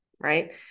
right